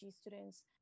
students